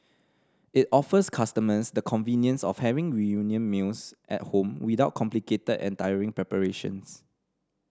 it offers customers the convenience of having reunion meals at home without complicated and tiring preparations